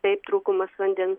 taip trūkumas vandens